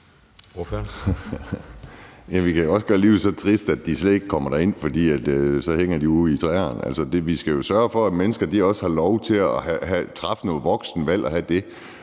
Vi kan også gøre livet så trist, at de slet ikke kommer derind, for så hænger de ude i træerne. Altså, vi skal jo sørge for, at mennesker også har lov til at træffe nogle voksne valg i forhold